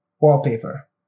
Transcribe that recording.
wallpaper